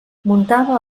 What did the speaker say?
muntava